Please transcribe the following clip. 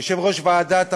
יושב-ראש ועדת החוקה,